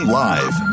live